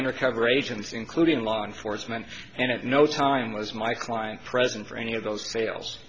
undercover agents including law enforcement and at no time was my client present for any of those sales